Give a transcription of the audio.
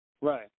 Right